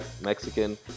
Mexican